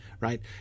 right